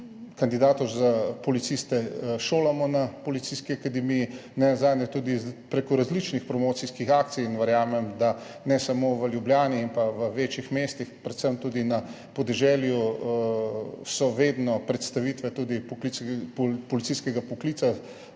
kandidatov za policiste šolamo na Policijski akademiji, nenazadnje tudi prek različnih promocijskih akcij in verjamem, da so, ne samo v Ljubljani in večjih mestih, predvsem tudi na podeželju, vedno tudi predstavitve policijskega poklica